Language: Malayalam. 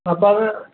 അപ്പോൾ അത്